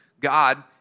God